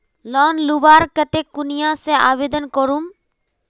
Loan लुबार केते कुनियाँ से आवेदन करूम?